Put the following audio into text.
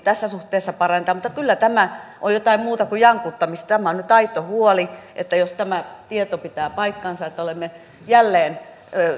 tässä suhteessa parannetaan mutta kyllä tämä on jotain muuta kuin jankuttamista tämä on nyt aito huoli että jos tämä tieto pitää paikkansa että olemme jälleen